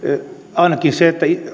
ainakin se